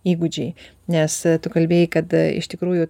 įgūdžiai nes tu kalbėjai kad iš tikrųjų